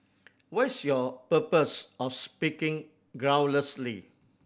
what's your purpose of speaking groundlessly